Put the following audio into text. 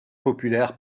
populaire